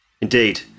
Indeed